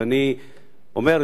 ואני אומר,